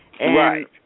Right